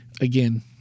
again